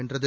வென்றது